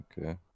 Okay